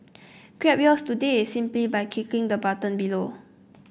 grab yours today simply by clicking on the button below